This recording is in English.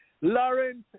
Lawrence